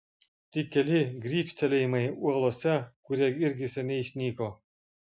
tik keli grybštelėjimai uolose kurie irgi seniai išnyko